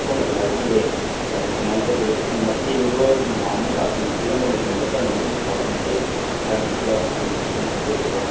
ꯁꯣꯝꯅꯁꯨ ꯍꯥꯏꯕꯤꯔꯦ ꯑꯧ ꯀꯃꯥꯏ ꯇꯧꯒꯦꯗ ꯃꯊꯦꯟꯗꯣ ꯅꯍꯥꯟꯃꯨꯛ ꯄꯤꯔꯝꯕ ꯃꯇꯝꯗ ꯀꯔꯝꯕꯅ ꯍꯦꯟꯅ ꯍꯥꯎꯕꯤꯒꯦ ꯍꯥꯏꯕꯗꯨꯗ ꯑꯩ ꯈꯤꯇꯪ ꯍꯥꯏꯖꯒꯦꯕ